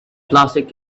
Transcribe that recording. plastic